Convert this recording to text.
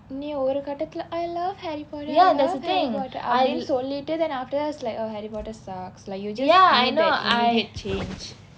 நீ ஒரு கட்டத்தில:ni oru kattathila I love harry potter I love harry potter அப்படின்னு சொல்லிட்டு:appadinnu sollittu then after that was like oh harry potter sucks you just made that immediate change